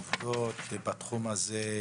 העובדות בתחום הזה.